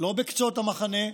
לא בקצות המחנה,